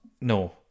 No